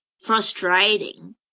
frustrating